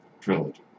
trilogy